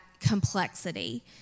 complexity